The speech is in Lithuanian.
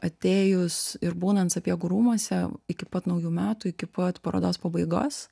atėjus ir būnant sapiegų rūmuose iki pat naujų metų iki pat parodos pabaigos